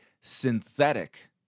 Synthetic